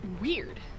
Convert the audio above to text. weird